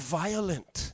violent